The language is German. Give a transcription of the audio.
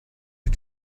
die